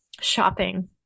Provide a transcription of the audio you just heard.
shopping